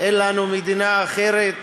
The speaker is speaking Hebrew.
אין לנו מדינה אחרת.